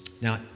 Now